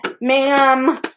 ma'am